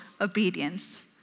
obedience